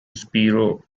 spiro